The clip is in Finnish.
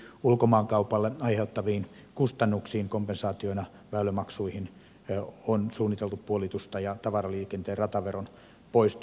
rikkidirektiivin ulkomaankaupalle aiheuttamista kustannuksista kompensaationa väylämaksuihin on suunniteltu puolitusta ja tavaraliikenteen rataveron poistoa